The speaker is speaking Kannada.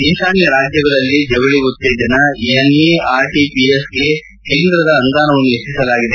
ಈಶಾನ್ಯ ರಾಜ್ಯಗಳಲ್ಲಿ ಜವಳಿ ಉತ್ತೇಜನ ಎನ್ಇಆರ್ಟಿಪಿಎಸ್ಗೆ ಕೇಂದ್ರದ ಅನುದಾನವನ್ನು ಹೆಚ್ಚಿಸಲಾಗಿದೆ